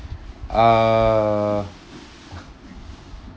uh